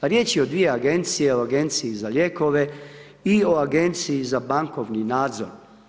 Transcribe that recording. Riječ je o dvije agencije, o Agenciji za lijekove i o Agenciji za bankovni nadzor.